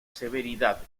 severidad